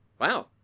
Wow